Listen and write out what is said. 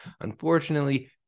Unfortunately